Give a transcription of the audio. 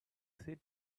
sit